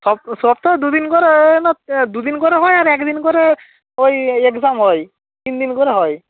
সপ্তাহে দু দিন করে না এ দু দিন করে হয় আর এক দিন করে ওই এক্সাম হয় তিন দিন করে হয়